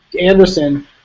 Anderson